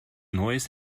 neues